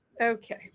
okay